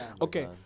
Okay